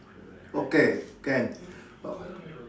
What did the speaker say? okay can